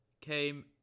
came